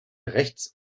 rechts